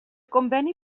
conveni